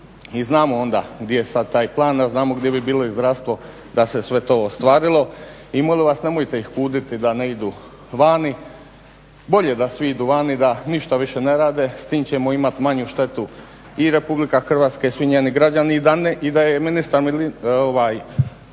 i znamo onda gdje je sad taj plan, a znamo gdje bi bilo i zdravstvo da se sve to ostvarilo. I molim vas, nemojte ih kuditi da ne idu vani. Bolje da svi idu vani i da ništa više ne rade, s tim ćemo imati manju štetu i RH i svi njeni građani i da